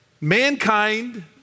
mankind